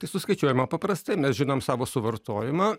tai suskaičiuojama paprastai mes žinom savo suvartojimą